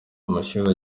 amashyuza